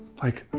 like,